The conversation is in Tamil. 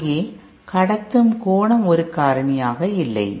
அங்கே கடத்தும் கோணம் ஒரு காரணியாக இல்லை